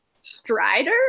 Strider